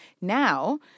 now